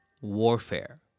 warfare